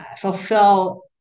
fulfill